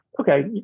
okay